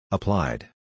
Applied